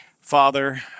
Father